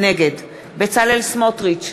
נגד בצלאל סמוטריץ,